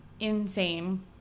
insane